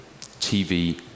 TV